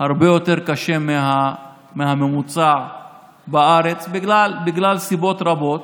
הרבה יותר קשה מהממוצע בארץ, בגלל סיבות רבות,